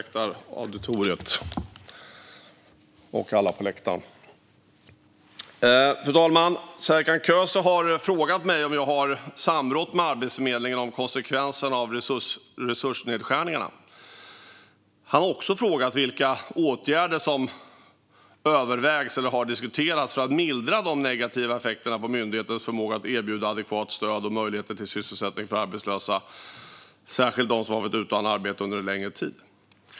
Fru talman! Serkan Köse har frågat mig om jag har samrått med Arbetsförmedlingen om konsekvenserna av resursnedskärningarna. Han har också frågat vilka åtgärder som övervägs eller har diskuterats för att mildra de negativa effekterna på myndighetens förmåga att erbjuda adekvat stöd och möjligheter till sysselsättning för arbetslösa, särskilt de som varit utan arbete under en längre tid.